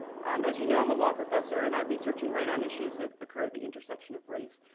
as you know i'm a law professor and i research and write on issues that occur at the intersection of race,